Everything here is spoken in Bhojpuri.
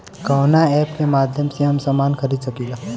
कवना ऐपके माध्यम से हम समान खरीद सकीला?